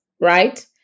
right